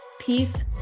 Peace